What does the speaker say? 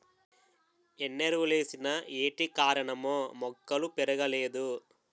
ఎన్నెరువులేసిన ఏటికారణమో మొక్కలు పెరగలేదు